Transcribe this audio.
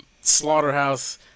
slaughterhouse